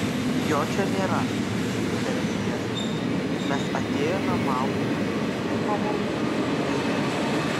jo čia nėra pritarė fiesta mes atėjome maudytis ir po maudynių grįšime